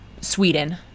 Sweden